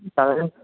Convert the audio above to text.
चालेल